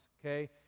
okay